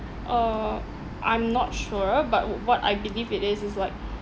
uh I'm not sure but wh~ what I believe it is is like